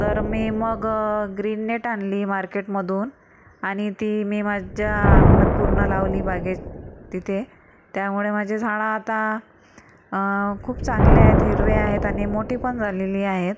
तर मी मग ग्रीननेट आणली मार्केटमधून आणि ती मी माझ्या अंगणात पूर्ण लावली बागेत तिथे त्यामुळे माझी झाडं आता खूप चांगली आहेत हिरवे आहेत आणि मोठी पण झालेली आहेत